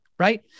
Right